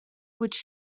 which